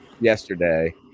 yesterday